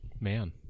man